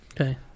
Okay